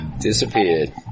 Disappeared